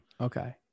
Okay